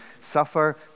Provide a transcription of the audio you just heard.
suffer